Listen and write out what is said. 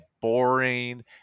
boring